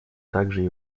также